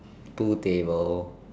two table